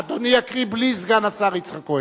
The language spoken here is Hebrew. אדוני יקריא בלי "סגן השר יצחק כהן".